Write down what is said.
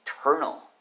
eternal